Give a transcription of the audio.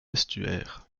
estuaires